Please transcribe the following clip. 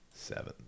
Seven